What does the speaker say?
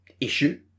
issue